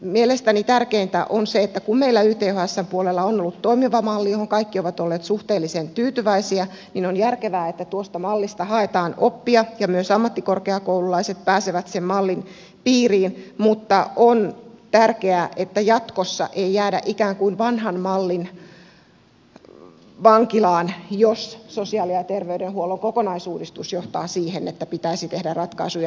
mielestäni tärkeintä on se että kun meillä ythsn puolella on ollut toimiva malli johon kaikki ovat olleet suhteellisen tyytyväisiä niin on järkevää että tuosta mallista haetaan oppia ja myös ammattikorkeakoululaiset pääsevät sen mallin piiriin mutta on tärkeää että jatkossa ei jäädä ikään kuin vanhan mallin vankilaan jos sosiaali ja terveydenhuollon kokonaisuudistus johtaa siihen että pitäisi tehdä ratkaisuja